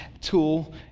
tool